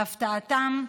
להפתעתם,